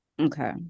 Okay